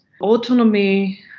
autonomy